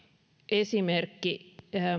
esimerkki